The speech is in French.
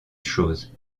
chose